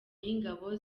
y’ingabo